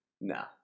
No